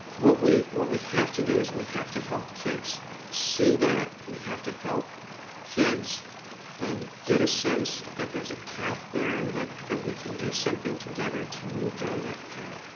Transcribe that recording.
what we what we have to do is we have to help kids see that we have to help kids get a sense that there's a path there and that that we can do something together to move down that path.